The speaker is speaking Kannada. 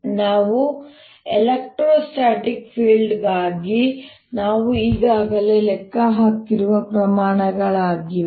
ನೆನಪಿಡಿ ಇವು ಎಲೆಕ್ಟ್ರೋ ಸ್ಟ್ಯಾಟಿಕ್ ಫೀಲ್ಡ್ಗಾಗಿ ನಾವು ಈಗಾಗಲೇ ಲೆಕ್ಕ ಹಾಕಿರುವ ಪ್ರಮಾಣಗಳಾಗಿವೆ